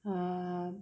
um